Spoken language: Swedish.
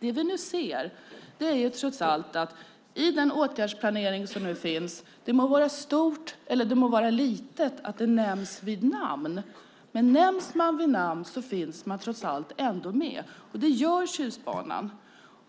Det vi nu ser är trots allt att i den åtgärdsplanering som finns må det vara stort eller litet att något nämns vid namn. Men nämns något vid namn finns det trots allt med, och det gör Tjustbanan.